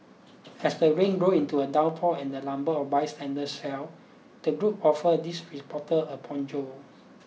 as the rain grew into a downpour and the number of bystanders swelled the group offered this reporter a poncho